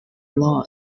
law